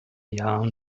jahren